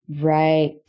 Right